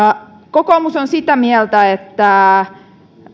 kokoomus on sitä mieltä että